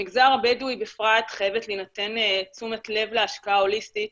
במגזר הבדואי בפרט חייבת להינתן תשומת לב להשקעה הוליסטית.